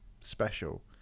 special